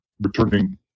returning